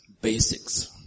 Basics